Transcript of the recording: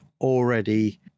already